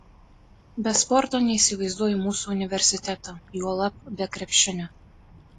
be sporto neįsivaizduoju mūsų universiteto juolab be krepšinio